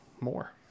more